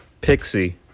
Pixie